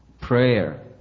prayer